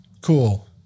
Cool